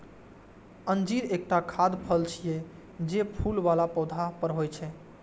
अंजीर एकटा खाद्य फल छियै, जे फूल बला पौधा पर होइ छै